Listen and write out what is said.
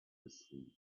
asleep